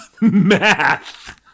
math